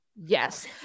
yes